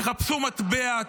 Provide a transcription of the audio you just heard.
תחפשו מטבע,